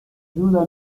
ayuda